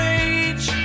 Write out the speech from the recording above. age